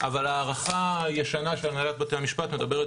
אבל הערכה ישנה של הנהלת בתי המשפט מדברת